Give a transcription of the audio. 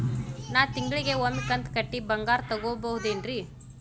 ನಾ ತಿಂಗಳಿಗ ಒಮ್ಮೆ ಕಂತ ಕಟ್ಟಿ ಬಂಗಾರ ತಗೋಬಹುದೇನ್ರಿ?